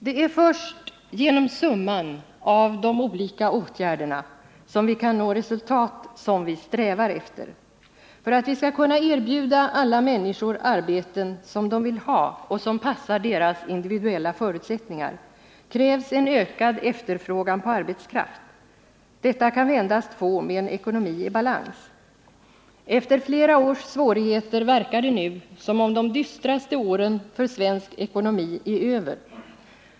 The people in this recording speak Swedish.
Det är först genom summan av de olika åtgärderna som vi kan nå de resultat som vi strävar efter. För att vi skall kunna erbjuda alla människor arbeten som de vill ha och som passar deras invididuella förutsättningar, krävs en ökning av efterfrågan på arbetskraft. Denna kan vi endast få med en ekonomi i balans. Efter flera års svårigheter verkar det nu som om de dystraste åren för svensk ekonomi är över.